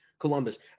Columbus